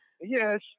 Yes